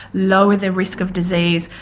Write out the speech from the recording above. lower their risk of disease.